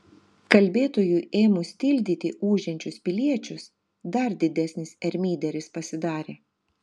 kalbėtojui ėmus tildyti ūžiančius piliečius dar didesnis ermyderis pasidarė